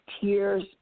tears